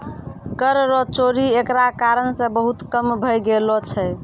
कर रो चोरी एकरा कारण से बहुत कम भै गेलो छै